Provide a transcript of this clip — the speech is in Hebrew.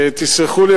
תסלחו לי,